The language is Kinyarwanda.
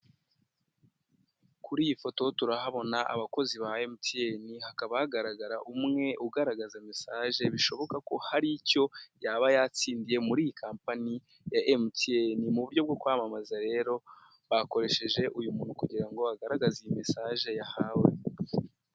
kuri iyi foto turahabona abakozi ba emutiyeni, hakaba hagaragara umwe ugaragaza mesaje, bishoboka ko hari icyo yaba yatsindiye muri iyi kompani ya emutsiyeni, mu buryo bwo kwamamaza rero, bakoresheje uyu muntu, kugira ngo agaragaze iyi mesaje yahawe.